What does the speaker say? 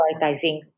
prioritizing